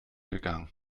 gegangen